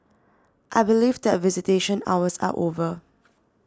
I believe that visitation hours are over